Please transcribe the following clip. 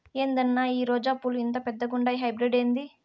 ఏందన్నా ఈ రోజా పూలు ఇంత పెద్దగుండాయి హైబ్రిడ్ ఏంది